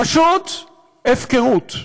פשוט הפקרות.